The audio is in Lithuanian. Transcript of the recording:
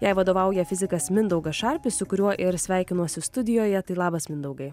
jai vadovauja fizikas mindaugas šarpis su kuriuo ir sveikinuosi studijoje tai labas mindaugai